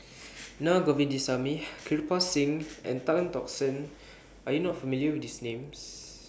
Na Govindasamy Kirpal Singh and Tan Tock San Are YOU not familiar with These Names